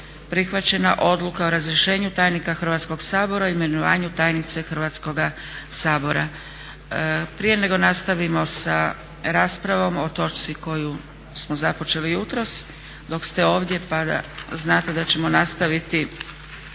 prihvaćena odluka o razrješenju tajnika Hrvatskog sabora i imenovanju tajnice Hrvatskog sabora. Prije nego nastavimo sa raspravom o točci koju smo započeli jutros, dok ste ovdje pa da znate da ćemo nastaviti